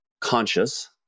conscious